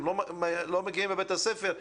הם לא מגיעים לבית הספר?